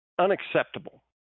unacceptable